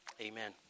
amen